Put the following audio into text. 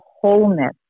wholeness